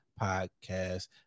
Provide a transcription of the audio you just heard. podcast